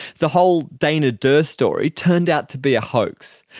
the whole dana dirr story turned out to be a hoax.